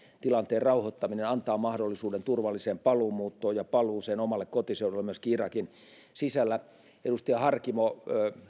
tilanteen rauhoittaminen antaa mahdollisuuden turvalliseen paluumuuttoon ja paluuseen omalle kotiseudulleen myöskin irakin sisällä edustaja harkimo